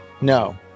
no